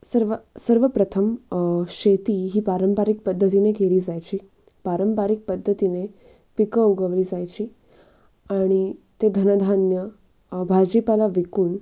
सर्वा सर्वप्रथम शेती ही पारंपरिक पद्धतीने केली जायची पारंपरिक पद्धतीने पिकं उगवली जायची आणि ते धनधान्य भाजीपाला विकून